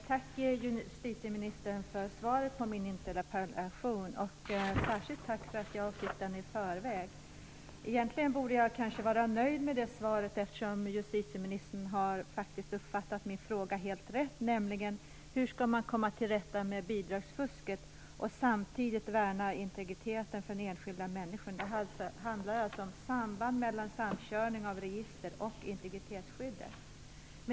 Fru talman! Tack för svaret på min interpellation, justitieministern, och särskilt tack för att jag fick det i förväg. Egentligen borde jag kanske vara nöjd med svaret, eftersom justitieministern faktiskt helt rätt har uppfattat min fråga, nämligen hur man skall komma till rätta med bidragsfusket och samtidigt värna integriteten för den enskilda människan. Det handlar alltså om samband mellan samkörning av register och integritetsskyddet.